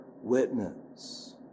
witness